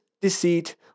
Deceit